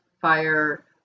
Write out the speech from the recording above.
fire